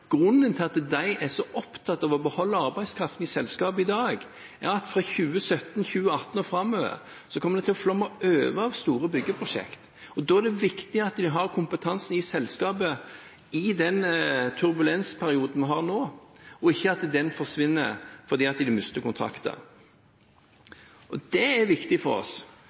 de er så opptatt av å beholde arbeidskraften i selskap i dag, er at fra 2017–2018 og framover kommer det til å flomme over av store byggeprosjekt, og da er det viktig at de har kompetansen i selskaper i den turbulensperioden vi har nå, og at den ikke forsvinner fordi de mister kontrakter. Og det er viktig for oss.